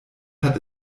hat